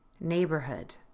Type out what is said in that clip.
neighborhood